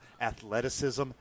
athleticism